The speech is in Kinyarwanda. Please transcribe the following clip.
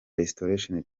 restoration